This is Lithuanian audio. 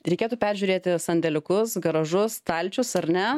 reikėtų peržiūrėti sandėliukus garažus stalčius ar ne